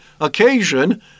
occasion